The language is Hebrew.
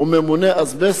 וממוני אזבסט,